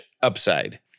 Upside